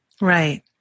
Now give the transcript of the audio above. Right